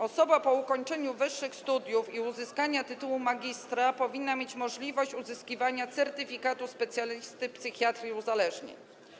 Osoba po ukończeniu wyższych studiów i uzyskaniu tytułu magistra powinna mieć możliwość uzyskania certyfikatu specjalisty psychiatrii uzależnień.